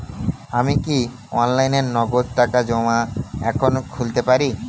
আমি কি অনলাইনে নগদ টাকা জমা এখন খুলতে পারি?